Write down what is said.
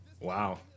Wow